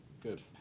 good